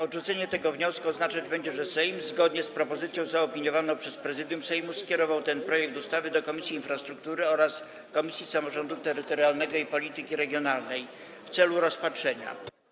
Odrzucenie tego wniosku oznaczać będzie, że Sejm, zgodnie z propozycją zaopiniowaną przez Prezydium Sejmu, skierował ten projekt ustawy do Komisji Infrastruktury oraz Komisji Samorządu Terytorialnego i Polityki Regionalnej w celu rozpatrzenia.